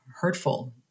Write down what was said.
hurtful